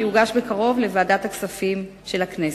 שיוגש בקרוב לוועדת הכספים של הכנסת.